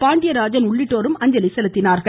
பாண்டியராஜன் உள்ளிட்டோரும் அஞ்சலி செலுத்தினர்